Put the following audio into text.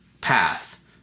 path